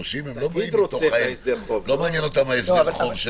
את הנושים לא מעניין הסדר החוב של